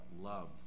Love